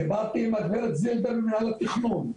דיברתי עם הגברת דלית זילבר ממינהל התכנון,